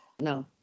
No